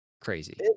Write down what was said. crazy